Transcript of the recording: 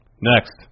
Next